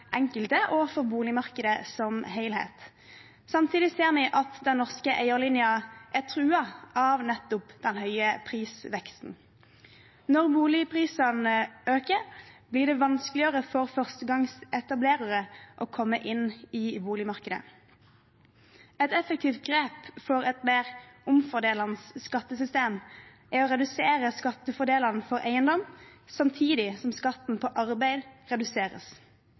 enkelte og for boligmarkedet som helhet. Samtidig ser vi at den norske eierlinja er truet av nettopp den høye prisveksten. Når boligprisene øker, blir det vanskeligere for førstegangsetablerere å komme inn i boligmarkedet. Et effektivt grep for et mer omfordelende skattesystem er å redusere skattefordelene for eiendom samtidig som skatten på arbeid reduseres.